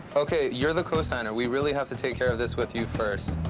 ok, you're the cosigner. we really have to take care of this with you first.